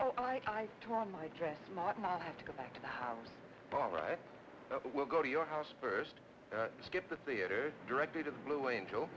so i tore my dress might not have to go back to the house all right we'll go to your house first skip the theatre directly to the blue angel